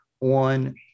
on